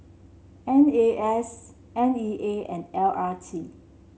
N A S N E A and L R T